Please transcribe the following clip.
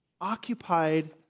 occupied